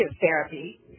therapy